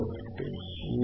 1